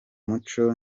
muco